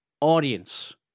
audience